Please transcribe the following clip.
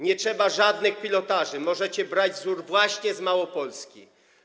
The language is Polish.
Nie trzeba żadnych pilotaży, możecie brać za wzór właśnie Małopolskę.